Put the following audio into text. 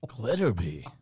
Glitterbee